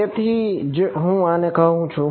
તેથી જ હું આને કહું છું